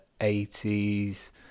80s